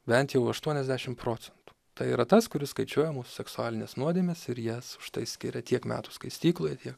bent jau aštuoniasdešim procentų tai yra tas kuris skaičiuoja mūsų seksualines nuodėmes ir jas štai skiria tiek metų skaistykloje tiek